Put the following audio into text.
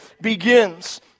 begins